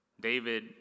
David